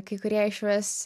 kai kurie išvis